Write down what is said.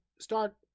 start